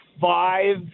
five